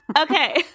Okay